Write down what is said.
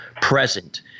present